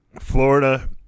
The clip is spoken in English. Florida